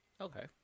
Okay